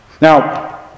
Now